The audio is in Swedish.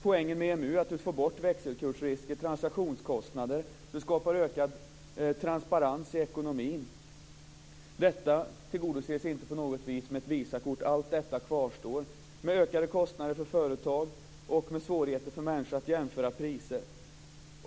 Poängen med EMU är att man får bort växelkursrisker och transaktionskostnader och skapar ökad transparens i ekonomin. Detta tillgodoses inte på något vis med ett Visakort. Allt detta kvarstår med ökade kostnader för företag och med svårigheter för människor att jämföra priser.